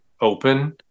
open